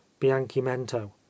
bianchimento